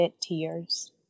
tears